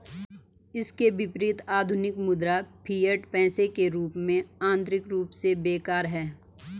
इसके विपरीत, आधुनिक मुद्रा, फिएट पैसे के रूप में, आंतरिक रूप से बेकार है